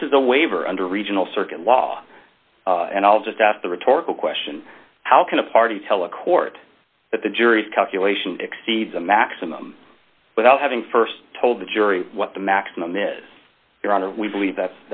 this is a waiver under regional circuit law and i'll just ask the rhetorical question how can a party tell a court that the jury's calculation exceeds a maximum without having st told the jury what the maximum is your honor we believe that